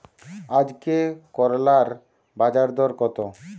আজকে করলার বাজারদর কত?